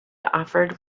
offered